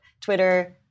Twitter